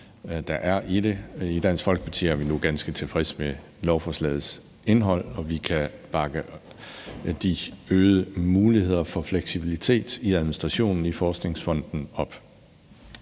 der er i det. I Dansk Folkeparti er vi nu ganske tilfredse med lovforslagets indhold, og vi kan bakke de øgede muligheder for fleksibilitet i administrationen i forskningsfonden op.